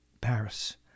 Paris